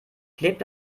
klebt